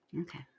okay